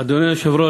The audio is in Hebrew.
אדוני היושב-ראש,